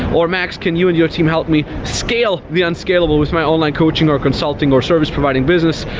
or max, can you and your team help me scale the unscalable with my online coaching or consulting or service providing business,